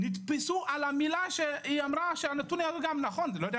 גם את,